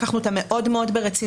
לקחנו אותן מאוד מאוד ברצינות.